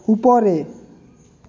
উপরে